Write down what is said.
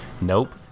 Nope